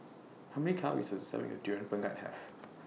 How Many Calories Does A Serving of Durian Pengat Have